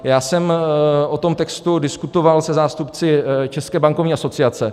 Já jsem o tom textu diskutoval se zástupci České bankovní asociace.